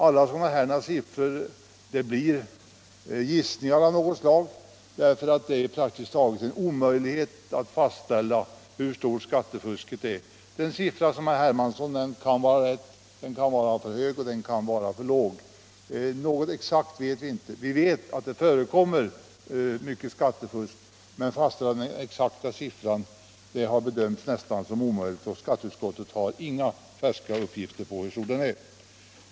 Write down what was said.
Alla sådana siffror blir gissningar av något slag, för det är praktiskt taget en omöjlighet att fastställa hur stort skattefusket är. Den siffra som herr Hermansson nämnt kan vara riktig, men den kan också vara för hög eller för låg. Vi vet att det förekommer mycket skattefusk, men att fastställa den exakta siffran har bedömts som nästan omöjligt, och skatteutskottet har som sagt inga färska uppgifter om hur stort skattefusket är.